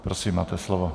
Prosím, máte slovo.